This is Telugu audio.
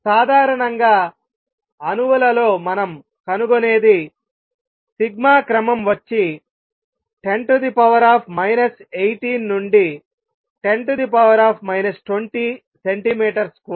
సాధారణంగా అణువుల లో మనం కనుగొనేది సిగ్మా క్రమం వచ్చి 10 18 నుండి 10 20 సెంటీమీటర్ స్క్వేర్